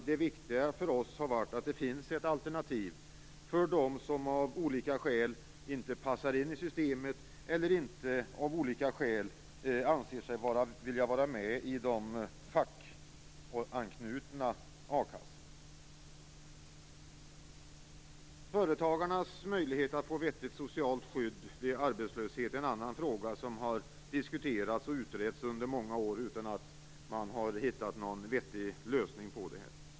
Det viktiga för oss har varit att det finns ett alternativ för dem som av olika skäl inte passar in i systemet eller som av olika skäl inte anser sig vilja vara med i de fackanknutna a-kassorna. Företagarnas möjlighet att få vettigt socialt skydd vid arbetslöshet är en annan fråga som har diskuterats och utretts i många år utan att man har hittat någon vettig lösning.